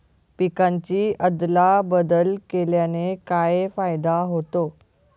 पिकांची अदला बदल केल्याने काय फायदा होतो?